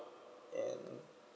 and